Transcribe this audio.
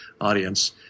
audience